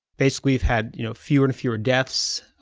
basically, we've had, you know, fewer and fewer deaths,